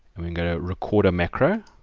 i mean go to record a macro